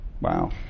Wow